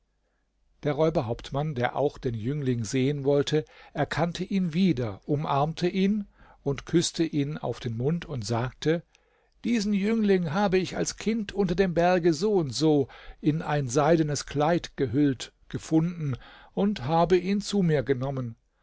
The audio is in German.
der räuberhauptmann der auch den jüngling sehen wollte erkannte ihn wieder umarmte ihn und küßte ihn auf den mund und sagte diesen jüngling habe ich als kind unter dem berge n n in ein seidenes kleid gehüllt gefunden und habe ihn zu mir genommen